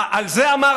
על זה אמר,